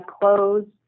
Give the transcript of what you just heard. close